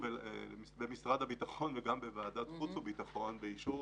במשרד הביטחון ובוועדת חוץ וביטחון באישור